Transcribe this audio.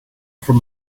from